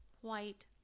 white